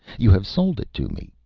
you have sold it to me.